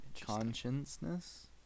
Consciousness